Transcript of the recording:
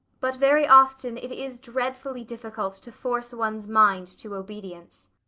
but very often it is dreadfully difficult to force one's mind to obedience.